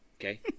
Okay